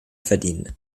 verdienen